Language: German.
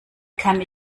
kann